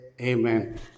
Amen